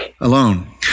alone